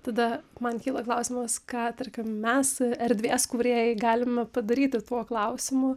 tada man kyla klausimas ką tarkim mes erdvės kūrėjai galime padaryti tuo klausimu